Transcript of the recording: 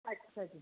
ਅੱਛਾ ਜੀ